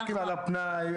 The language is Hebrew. אין על הפנאי,